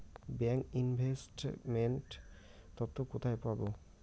Bank investment তথ্য কোথায় পাব?